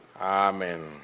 Amen